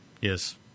Yes